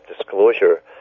disclosure